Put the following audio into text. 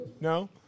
No